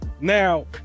now